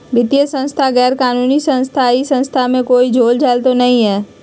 वित्तीय संस्था गैर कानूनी संस्था है इस संस्था में कोई झोलझाल तो नहीं है?